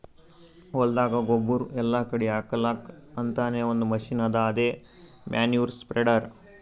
ಹೊಲ್ದಾಗ ಗೊಬ್ಬುರ್ ಎಲ್ಲಾ ಕಡಿ ಹಾಕಲಕ್ಕ್ ಅಂತಾನೆ ಒಂದ್ ಮಷಿನ್ ಅದಾ ಅದೇ ಮ್ಯಾನ್ಯೂರ್ ಸ್ಪ್ರೆಡರ್